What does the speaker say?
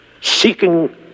seeking